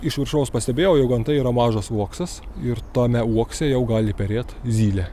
iš viršaus pastebėjau jog antai yra mažas uoksas ir tame uokse jau gali perėt zylė